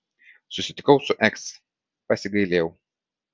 susitikau su eks pasigailėjau